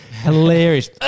Hilarious